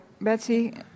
Betsy